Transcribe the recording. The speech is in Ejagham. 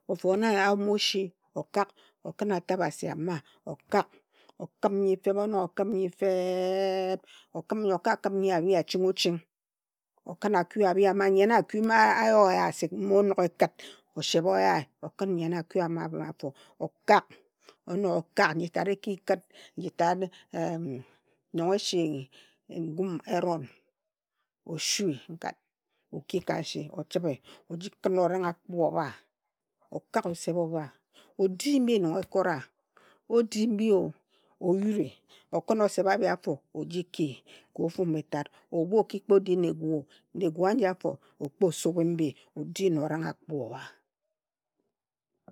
O fone ayum asi okak, okhin atabhasi ama okak, okhim nyi feeb, onog o khun nyi feeb, okhim nyi, oka khim nyi abhi achingo ching o khin aku abhi ama, nyen aku, aku mma aya o yae asik, mma enog ekhit oseb oyae, okhin nyen aku ama ama afo okak. O nog okak, nji tat eki khit, nji tat em nong esi ngum eron oshui o ki ka nsi, ochibhe o ji khin orang aku obha, okak oseb obha, o di mbi nong ekora. O di mbi oyuri, o khin oseb abhi afo o ji ki. Ka ofu mbitat, Ebhu o ki kpo di na egu o, na egu aji afo, okpo subhe mbi odi na orang akpu obha.